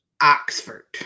Oxford